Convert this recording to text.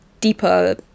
deeper